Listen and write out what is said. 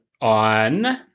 on